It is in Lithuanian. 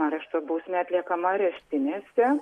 arešto bausmė atliekama areštinėse